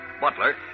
butler